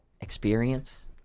experience